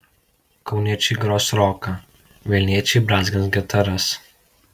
kauniečiai gros roką vilniečiai brązgins gitaras